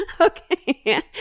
Okay